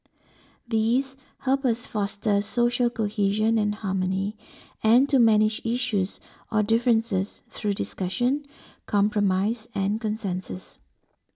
these help us foster social cohesion and harmony and to manage issues or differences through discussion compromise and consensus